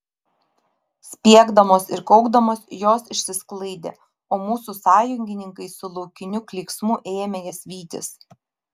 spiegdamos ir kaukdamos jos išsisklaidė o mūsų sąjungininkai su laukiniu klyksmu ėmė jas vytis